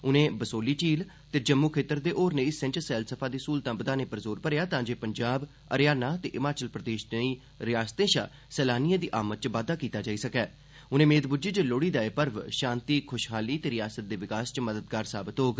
उनें बसोहली झील ते जम्मू खेतर दे होरनें हिस्सें च सक्वसफा दी स्विधां बधाने उप्पर जोर भरेआ तांजे जाब हरियाणा ते हिमाचल प्रदेश ज्नेई रिआसतें शा सम्रानिएं दी आमद च बाद्दा कीता जाई सक्त उन्नें मेद बुज्झी जे लोहड़ी दा एह त्यौहार शांति ख्शहाली ते रिआसत दे विकास च मददगार साबत होग